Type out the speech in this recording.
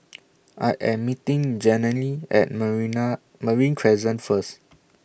I Am meeting Jenelle At Marina Marine Crescent First